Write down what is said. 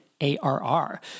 ARR